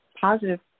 positive